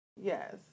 Yes